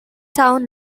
town